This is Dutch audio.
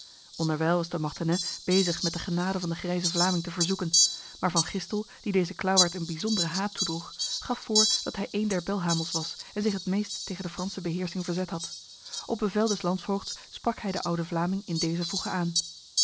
onderwijl was de mortenay bezig met de genade van de grijze vlaming te verzoeken maar van gistel die deze klauwaard een bijzondere haat toedroeg gaf voor dat hij een der belhamels was en zich het meest tegen de franse beheersing verzet had op bevel des landvoogds sprak hij de oude vlaming in dezer voege aan